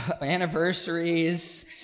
anniversaries